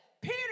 Peter